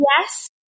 yes